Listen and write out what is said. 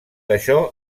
això